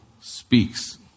speaks